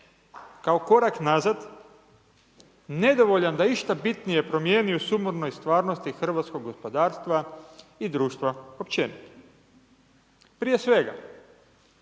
kao korak nazad, nedovoljan da išta bitnije promijeni u sumarnoj stvarnosti hrvatskog gospodarstva i društva općenito. Prije svega,